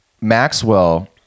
maxwell